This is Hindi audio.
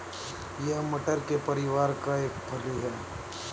यह मटर के परिवार का एक फली है